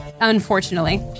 unfortunately